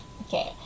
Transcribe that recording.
okay